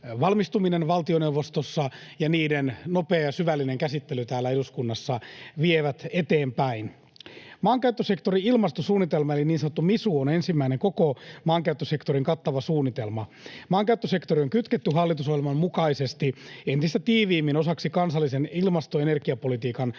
valmistuminen valtioneuvostossa ja niiden nopea ja syvällinen käsittely täällä eduskunnassa vievät eteenpäin. Maankäyttösektorin ilmastosuunnitelma eli niin sanottu MISU on ensimmäinen koko maankäyttösektorin kattava suunnitelma. Maankäyttösektori on kytketty hallitusohjelman mukaisesti entistä tiiviimmin osaksi kansallisen ilmasto- ja energiapolitiikan